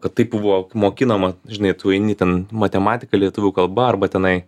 kad tai buvo mokinama žinai tu eini ten matematika lietuvių kalba arba tenai